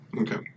Okay